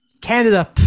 Canada